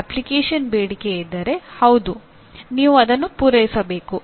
application ಬೇಡಿಕೆಯಿದ್ದರೆ ಹೌದು ನೀವು ಅದನ್ನು ಪೂರೈಸಬೇಕು